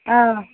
অঁ